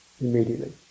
immediately